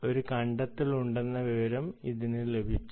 ഒരു കണ്ടെത്തൽ ഉണ്ടെന്ന വിവരം ഇതിന് ലഭിച്ചു